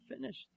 finished